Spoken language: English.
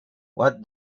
what